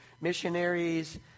missionaries